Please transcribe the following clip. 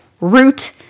root